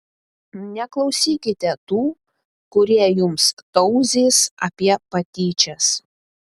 neklausykite tų kurie jums tauzys apie patyčias